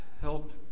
help